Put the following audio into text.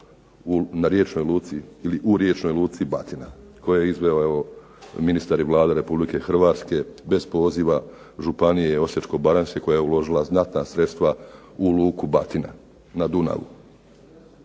otvaranje radova u Riječnoj luci Batina koju je izveo ministar i Vlada Republike Hrvatske bez poziva Županije Osječko-baranjske koja uložila znatna sredstva u Luku Batina na Dunavu.